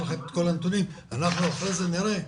לכם את כל הנתונים ואנחנו אחרי זה נראה.